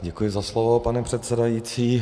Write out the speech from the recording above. Děkuji za slovo, pane předsedající.